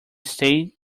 stayed